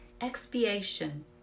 expiation